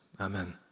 Amen